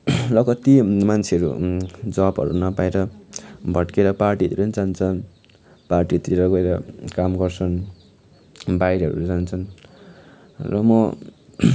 र कति मान्छेहरू जबहरू नपाएर भट्केर पार्टीहरू पनि जान्छन् पार्टीतिर गएर काम गर्छन् बाहिरहरू जान्छन् र म